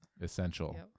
essential